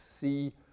see